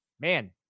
man